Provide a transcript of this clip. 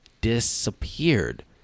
disappeared